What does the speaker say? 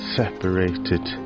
separated